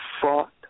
fought